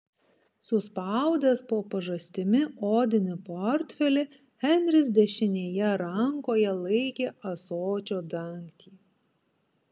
suspaudęs po pažastimi odinį portfelį henris dešinėje rankoje laikė ąsočio dangtį